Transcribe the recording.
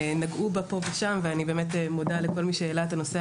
נגעו בה פה ושם ואני באמת מודה לכל מי שהעלה את הנושא